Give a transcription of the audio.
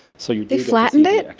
so you. they flattened it?